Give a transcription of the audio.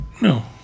No